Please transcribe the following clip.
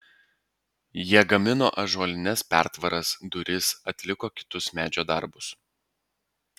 jie gamino ąžuolines pertvaras duris atliko kitus medžio darbus